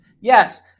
yes